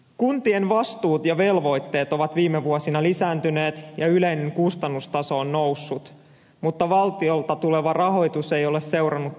kuntien vastuut ja velvoitteet ovat viime vuosina lisääntyneet ja yleinen kustannustaso on noussut mutta valtiolta tuleva rahoitus ei ole seurannut perässä